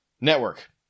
network